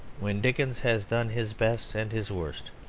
when dickens has done his best and his worst,